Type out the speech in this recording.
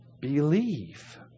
believe